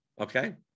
Okay